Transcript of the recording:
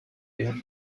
der